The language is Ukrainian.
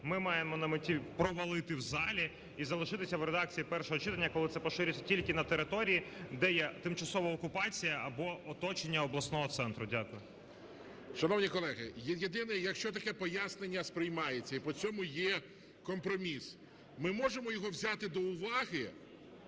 ми маємо на меті провалити в залі і залишитися в редакції першого читання, коли це поширюється тільки на території, де є тимчасова окупація або оточення обласного центру. Дякую. ГОЛОВУЮЧИЙ. Шановні колеги, єдине, якщо таке пояснення сприймається і по цьому є компроміс, ми може його взяти до уваги?